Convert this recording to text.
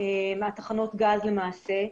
תחנות גז, למעשה.